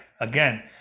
again